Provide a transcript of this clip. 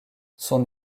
son